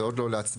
זה עוד לא להצבעה.